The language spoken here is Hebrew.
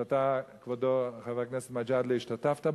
שאתה, כבודו, חבר הכנסת מג'אדלה, השתתפת בו,